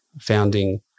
founding